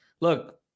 look